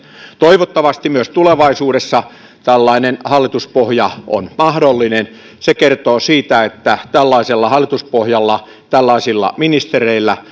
toivottavasti myös tulevaisuudessa tällainen hallituspohja on mahdollinen se kertoo siitä että tällaisella hallituspohjalla tällaisilla ministereillä